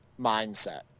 mindset